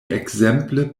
ekzemple